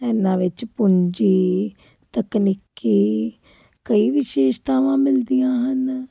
ਇਹਨਾਂ ਵਿੱਚ ਪੂੰਜੀ ਤਕਨੀਕੀ ਕਈ ਵਿਸ਼ੇਸ਼ਤਾਵਾਂ ਮਿਲਦੀਆਂ ਹਨ